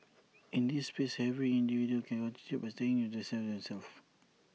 in this space every individual can contribute by staying safe themselves